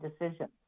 decisions